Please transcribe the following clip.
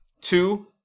Two